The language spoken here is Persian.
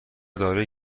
داروی